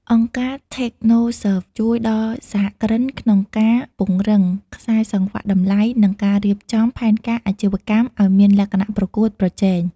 អង្គការ Technoserve ជួយដល់សហគ្រិនក្នុងការពង្រឹង "ខ្សែសង្វាក់តម្លៃ" និងការរៀបចំផែនការអាជីវកម្មឱ្យមានលក្ខណៈប្រកួតប្រជែង។